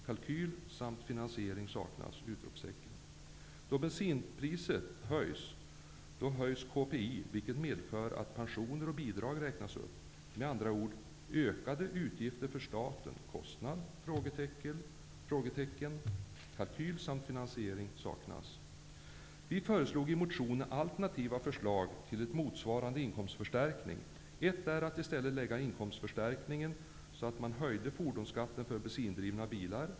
Kalkyl samt finansiering saknas! Då bensinpriset går upp höjs KPI, vilket medför att pensioner och bidrag räknas upp. Med andra ord: ökade utgifter för staten. Kostnad? Kalkyl samt finansiering saknas! Vi framförde i motionen alternativa förslag till en motsvarande inkomstförstärkning. Ett förslag är att i stället lägga inkomstförstärkningen så, att man höjer fordonsskatten för bensindrivna personbilar.